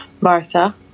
Martha